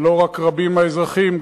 ולא רק רבים מהאזרחים,